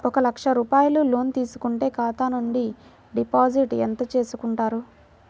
ఒక లక్ష రూపాయలు లోన్ తీసుకుంటే ఖాతా నుండి డిపాజిట్ ఎంత చేసుకుంటారు?